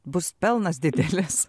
bus pelnas didelis